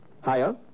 Higher